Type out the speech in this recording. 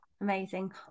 amazing